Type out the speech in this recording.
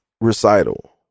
recital